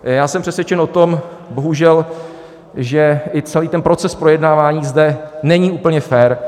Já jsem přesvědčen o tom bohužel, že i celý proces projednávání zde není úplně fér.